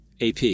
AP